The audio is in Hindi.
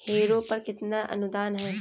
हैरो पर कितना अनुदान है?